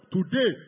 Today